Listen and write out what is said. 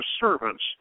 servants